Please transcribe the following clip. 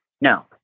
no